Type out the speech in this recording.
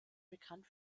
bekannt